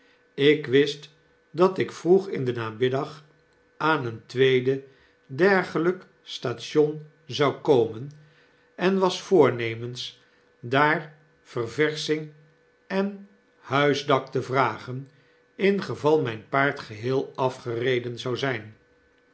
ik wist dat ik vroeg in den namiddag aan een tweede dergelyk station zou komen en was voornemens daarverversching en huisdak te vragen ingeval myn paard geheel afgereden zou zp